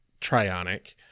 Trionic